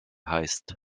heißt